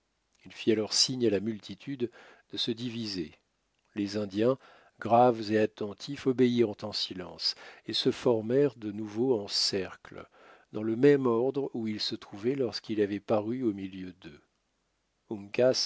il fit alors signe à la multitude de se diviser les indiens graves et attentifs obéirent en silence et se formèrent de nouveau en cercle dans le même ordre où ils se trouvaient lorsqu'il avait paru au milieu d'eux